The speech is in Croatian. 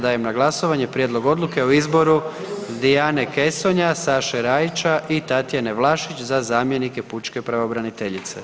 Dajem na glasovanje prijedlog odluke o izboru Dijane Kesonja, Saše Rajića i Tatjane Vlašić za zamjenike pučke pravobraniteljice.